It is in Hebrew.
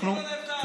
מי גונב דעת?